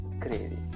crazy